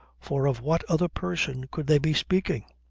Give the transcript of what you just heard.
for of what other person could they be speaking?